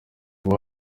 ubu